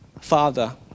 father